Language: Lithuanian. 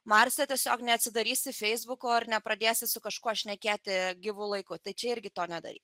marse tiesiog neatsidarysi feisbuko ir nepradėsi su kažkuo šnekėti gyvu laiku tai čia irgi to nedaryk